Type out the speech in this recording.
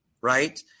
right